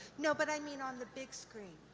no, but i mean, on the big screen.